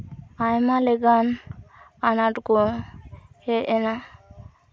ᱟᱭᱢᱟ ᱞᱮᱠᱟᱱ ᱟᱱᱟᱴ ᱠᱚ ᱦᱮᱡ ᱮᱱᱟ